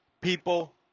people